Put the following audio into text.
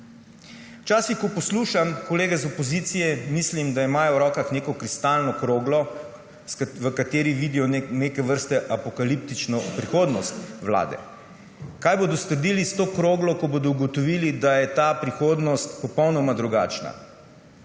Včasih ko poslušam kolege iz opozicije, mislim, da imajo v rokah neko kristalno kroglo, v kateri vidijo neke vrsta apokaliptično prihodnost Vlade. Kaj bodo storili s to kroglo, ko bodo ugotovili, da je ta prihodnost popolnoma drugačna?